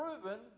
proven